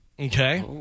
Okay